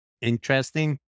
interesting